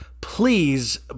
please